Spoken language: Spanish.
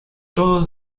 todos